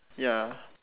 ya